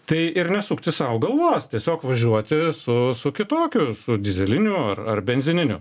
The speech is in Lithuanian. tai ir nesukti sau galvos tiesiog važiuoti su su kitokiu su dyzeliniu ar ar benzininiu